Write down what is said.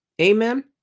Amen